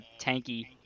tanky